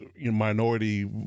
minority